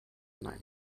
night